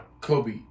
Kobe